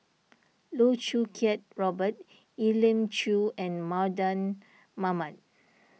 Loh Choo Kiat Robert Elim Chew and Mardan Mamat